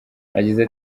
yagize